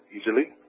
easily